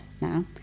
now